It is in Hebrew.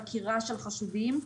חקירה של חשודים.